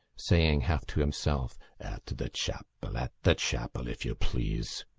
saying half to himself at the chapel. at the chapel, if you please!